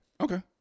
Okay